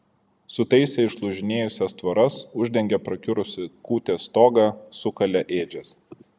sutaisė išlūžinėjusias tvoras uždengė prakiurusį kūtės stogą sukalė ėdžias